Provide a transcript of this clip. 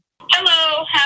Hello